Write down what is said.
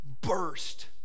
burst